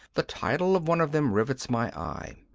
the title of one of them rivets my eye.